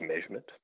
measurement